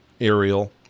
aerial